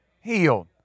healed